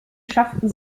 schafften